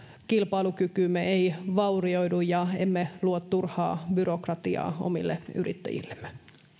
kilpailukykymme ei vaurioidu emmekä luo turhaa byrokratiaa omille yrittäjillemme